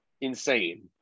insane